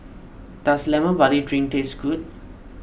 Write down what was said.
does Lemon Barley Drink taste good